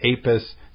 Apis